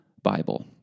Bible